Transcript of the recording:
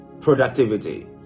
Productivity